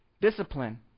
discipline